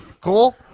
Cool